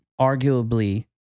arguably